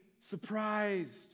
surprised